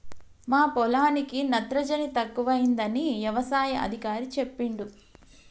మా పొలానికి నత్రజని తక్కువైందని యవసాయ అధికారి చెప్పిండు